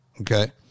Okay